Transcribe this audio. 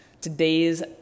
today's